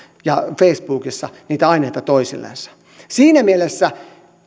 ja facebookissa niitä aineita toisillensa siinä mielessä